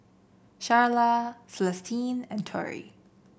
Sharla Celestine and Tory